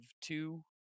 two